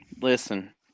Listen